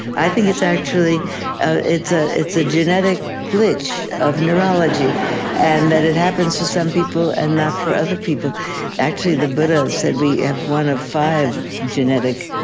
i think it's actually ah it's ah a genetic glitch of neurology and that it happens to some people and not for other people actually, the buddha said we have one of five genetic